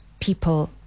people